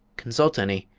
consult any